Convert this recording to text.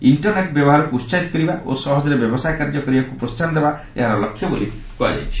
internet ବ୍ୟବହାରକୁ ଉତ୍କାହିତ କରିବା ଓ ସହଜରେ ବ୍ୟବସାୟ କାର୍ଯ୍ୟ କରିବାକୁ ପ୍ରୋସାହନ ଦେବା ଏହାର ଲକ୍ଷ୍ୟ ବୋଲି କୁହାଯାଉଛି